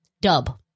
Dub